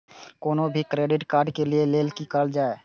कोनो भी credit card लिए के लेल की करल जाय?